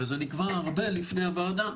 וזה נקבע הרבה לפני הוועדה,